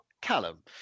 callum